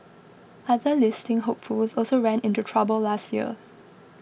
other listing hopefuls also ran into trouble last year